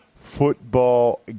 football